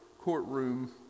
courtroom